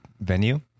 venue